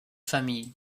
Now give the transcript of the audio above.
familles